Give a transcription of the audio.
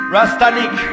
Rastanik